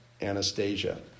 Anastasia